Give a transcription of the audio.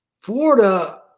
Florida